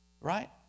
Right